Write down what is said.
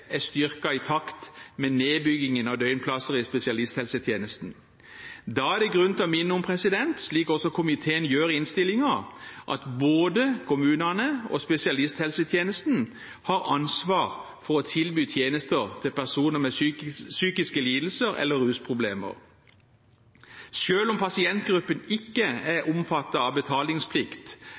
er styrket i takt med nedbyggingen av døgnplasser i spesialisthelsetjenesten. Da er det grunn til å minne om – som også komiteen gjør i innstillingen – at både kommunene og spesialisthelsetjenesten har ansvar for å tilby tjenester til personer med psykiske lidelser eller rusproblemer. Selv om pasientgruppen ikke er omfattet av betalingsplikt